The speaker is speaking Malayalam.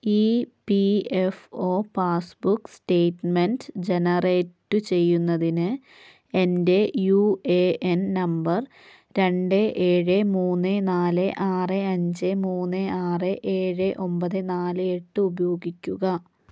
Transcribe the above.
E P F O passbook statement generate ചെയ്യുന്നതിന് എൻ്റെ യു എ എൻ നമ്പർ രണ്ട് ഏഴ് മൂന്ന് നാല് ആറ് അഞ്ച് മൂന്ന് ആറ് ഏഴ് ഒമ്പത് നാല് എട്ട് ഉപയോഗിക്കുക